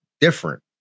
different